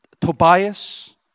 Tobias